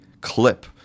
clip